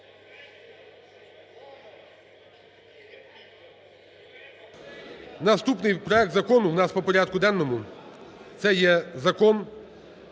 Наступний проект Закону у нас по порядку денному – це є Закон